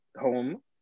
home